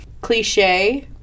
cliche